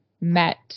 met